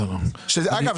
אגב,